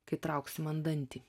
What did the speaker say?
kai trauks man dantį